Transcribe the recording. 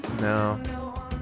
No